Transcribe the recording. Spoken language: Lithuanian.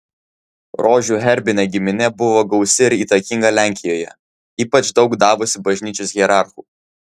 rožių herbinė giminė buvo gausi ir įtakinga lenkijoje ypač daug davusi bažnyčios hierarchų